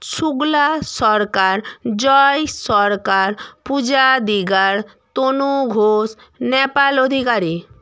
Shukla Sarkar Joy Sarkar Puja Digar Tanu Ghosh Nepal Adhikari